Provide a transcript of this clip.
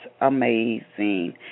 amazing